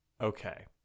Okay